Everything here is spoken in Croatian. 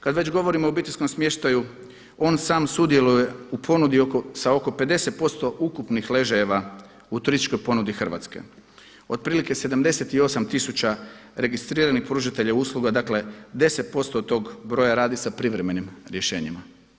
Kad već govorimo o obiteljskom smještaju on sam sudjeluje u ponudi sa oko 50% ukupnih ležajeva u turističkoj ponudi Hrvatske otprilike 78000 registriranih pružatelja usluga, dakle 10% od tog broja radi sa privremenim rješenjima.